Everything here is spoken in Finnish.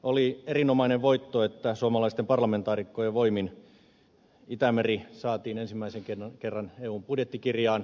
oli erinomainen voitto että suomalaisten parlamentaarikkojen voimin itämeri saatiin ensimmäisen kerran eun budjettikirjaan